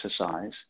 exercise